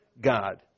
God